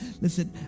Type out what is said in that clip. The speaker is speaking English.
listen